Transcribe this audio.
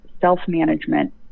self-management